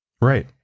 right